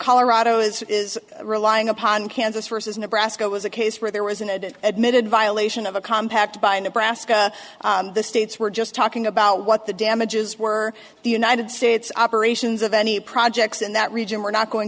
colorado is is relying upon kansas versus nebraska was a case where there was an admitted violation of a compact by nebraska the states were just talking about what the damages were the united states operations of any projects in that region were not going